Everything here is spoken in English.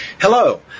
Hello